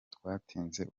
twatsinze